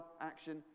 action